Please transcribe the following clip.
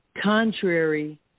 contrary